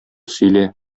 сөйлә